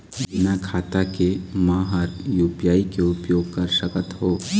बिना खाता के म हर यू.पी.आई के उपयोग कर सकत हो?